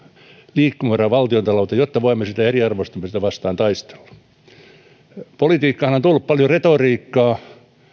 liikkumavaraa valtiontalouteen jotta voimme sitä eriarvoistumista vastaan taistella politiikkaanhan on tullut paljon retoriikkaa